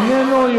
איננו,